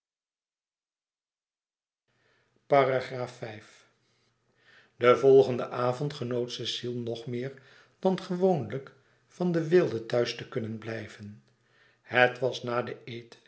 den volgenden avond genoot cecile nog meer dan gewoonlijk van de weelde thuis te kunnen blijven het was na den